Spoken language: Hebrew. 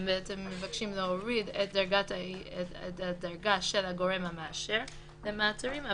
הם מבקשים להוריד את הדרגה של הגורם המאשר למעצרים,